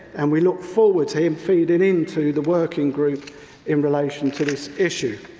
and we look forward to him feeding into the working group in relation to this issue.